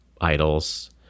idols